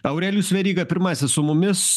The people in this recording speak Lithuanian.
aurelijus veryga pirmasis su mumis